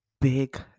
big